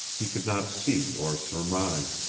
he could not see or surmise.